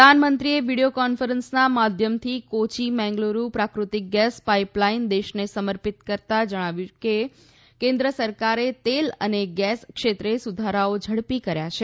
પ્રધાનમંત્રીએ વિડીયો કોન્ફરન્સનાં માધ્યમથી કોચી મેંગલુરૂ પ્રાકૃતિક ગેસ પાઈપ લાઈન દેશને સમર્પિત કરતાં જણાવ્યું કે કેન્દ્ર સરકારે તેલ ને ગેસ ક્ષેત્રે સુધારાઓ ઝડપી કર્યા છે